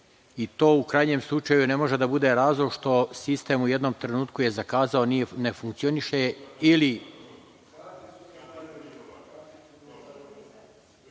i to u krajnjem slučaju ne može da bude razlog što sistem u jednom trenutku je zakazao, ne funkcioniše ili